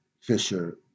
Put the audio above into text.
Fisher